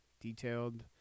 detailed